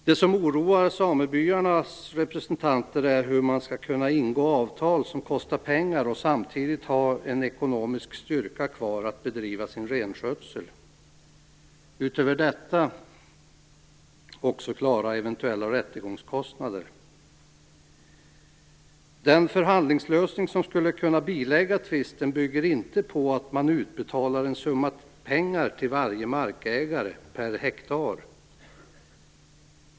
Det som oroar samebyarnas representanter är hur man skall kunna ingå avtal som kostar pengar, samtidigt ha en ekonomisk styrka kvar för att bedriva sin renskötsel och utöver detta också klara eventuella rättegångskostnader. Den förhandlingslösning som skulle kunna bilägga tvisten bygger inte på att man betalar ut en summa pengar till varje markägare per hektar.